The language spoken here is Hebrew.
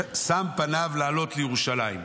שם פניו לעלות לירושלים".